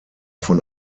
von